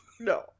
No